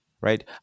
right